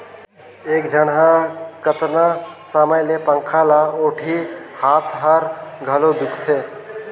एक झन ह कतना समय ले पंखा ल ओटही, हात हर घलो दुखते